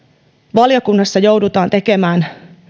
valiokunnassa joudutaan tekemään